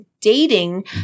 dating